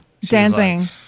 dancing